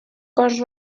cos